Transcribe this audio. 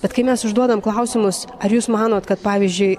bet kai mes užduodam klausimus ar jūs manot kad pavyzdžiui